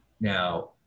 Now